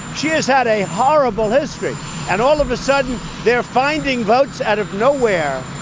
she has had a horrible history and all of a sudden they're finding votes out of nowhere.